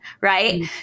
right